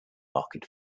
market